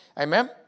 Amen